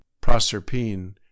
proserpine